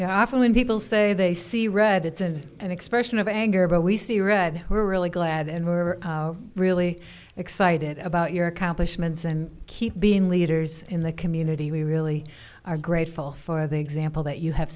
really when people say they see red it's in an expression of anger but we see red we're really glad and we're really excited about your accomplishments and keep being leaders in the community we really are grateful for the example that you have